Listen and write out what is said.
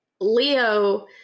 Leo